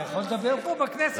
אני יכול לדבר פה בכנסת או שיש איזה,